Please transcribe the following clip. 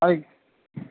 আরে